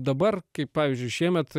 dabar kai pavyzdžiui šiemet